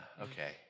Okay